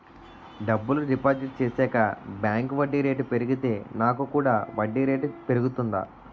డబ్బులు డిపాజిట్ చేశాక బ్యాంక్ వడ్డీ రేటు పెరిగితే నాకు కూడా వడ్డీ రేటు పెరుగుతుందా?